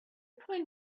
point